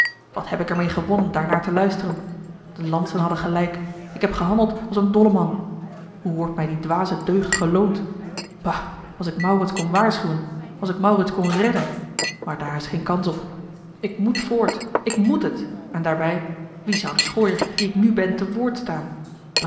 wat heb ik er mee gewonnen daarnaar te luisteren de lantzen hadden gelijk ik heb gehandeld als een dolleman hoe wordt mij die dwaze deugd geloond bah als ik maurits kon waarschuwen als ik maurits kon redden maar daar is geen kans op ik moet voort ik moet het en daarbij wie zou den schooier die ik nu ben te woord staan